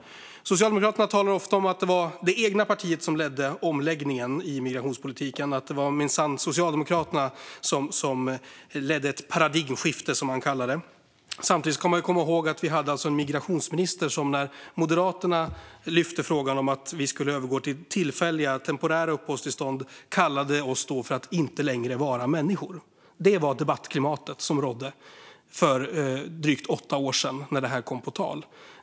Socialdemokraterna talar ofta om att det var det egna partiet som ledde omläggningen av migrationspolitiken - att det minsann var Socialdemokraterna som ledde ett paradigmskifte, som man kallar det. Samtidigt ska man komma ihåg att vi hade en migrationsminister som, när Moderaterna lyfte frågan om att övergå till tillfälliga uppehållstillstånd, beskyllde oss för att inte längre vara människor. Ett sådant debattklimat rådde för drygt åtta år sedan, när detta kom på tal.